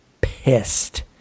pissed